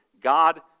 God